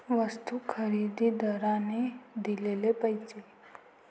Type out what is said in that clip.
वस्तू खरेदीदाराने दिलेले पैसे